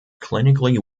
clinically